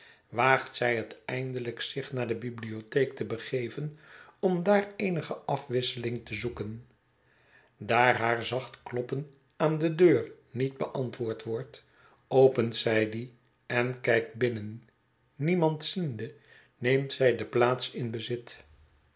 waagt zij het eindelijk zich naar de bibliotheek te begeven om daar eenige afwisseling te zoeken daar haar zacht kloppen aan de deur niet beantwoord wordt opent zij die en kijkt binnen niemand ziende neemt zij de plaats in bezit